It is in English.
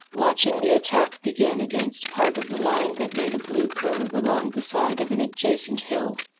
watching the attack begin against apart of the line that made a blue curve along the side of an adjacent hill.